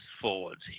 forwards